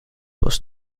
was